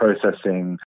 processing